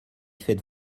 faites